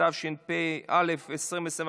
התשפ"א 2021,